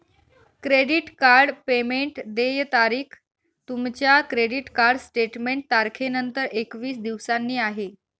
credit card payment देय तारीख तुमच्या क्रेडिट कार्ड स्टेटमेंट तारखेनंतर एकवीस दिवसांनी आहे